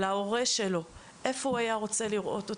על ההורה שלו איפה הוא היה רוצה לראות אותו.